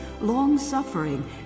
long-suffering